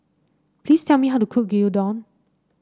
please tell me how to cook Gyudon